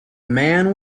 man